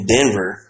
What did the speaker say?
Denver